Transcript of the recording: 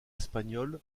espagnols